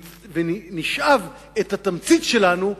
ונשאב את התמצית שלנו,